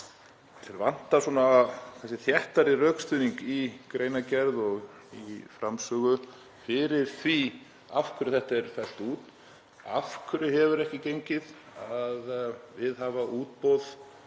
vantar kannski þéttari rökstuðning í greinargerð og í framsögu fyrir því af hverju þetta er fellt út. Af hverju hefur ekki gengið að viðhafa útboð